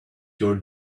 your